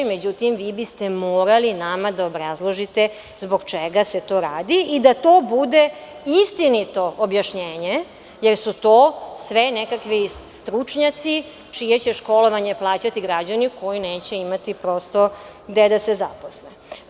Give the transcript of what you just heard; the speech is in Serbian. Međutim, vi biste morali nama da obrazložite zbog čega se to radi i da to bude istinito objašnjenje, jer su to sve nekakvi stručnjaci čije će školovanje plaćati građani koji neće imati prosto gde da se zaposle.